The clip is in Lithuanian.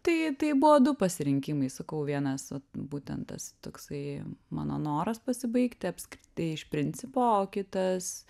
tai tai buvo du pasirinkimai sakau vienas vat būtent tas toksai mano noras pasibaigti apskritai iš principo o kitas